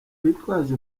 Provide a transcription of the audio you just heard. bitwaje